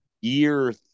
year